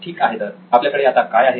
ठीक आहे तर आपल्याकडे आता काय आहे